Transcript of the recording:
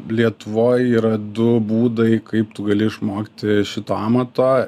lietuvoj yra du būdai kaip tu gali išmokti šito amato